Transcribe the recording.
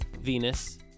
Venus